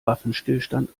waffenstillstand